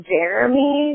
Jeremy